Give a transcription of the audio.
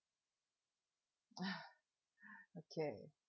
okay